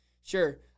Sure